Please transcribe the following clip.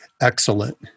Excellent